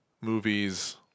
Movies